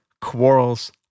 quarrels